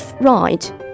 right